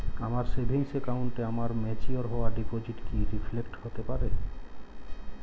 আমার সেভিংস অ্যাকাউন্টে আমার ম্যাচিওর হওয়া ডিপোজিট কি রিফ্লেক্ট করতে পারে?